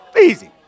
easy